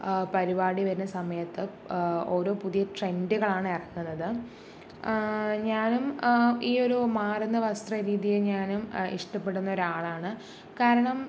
പരിപാടി വരുന്ന സമയത്ത് ഓരോ പുതിയ ട്രെൻറ്റുകളാണ് ഇറങ്ങുന്നത് ഞാനും ഈ ഒരു മാറുന്ന വസ്ത്രരീതിയെ ഞാനും ഇഷ്ടപ്പെടുന്നൊരാളാണ് കാരണം